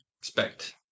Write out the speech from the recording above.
expect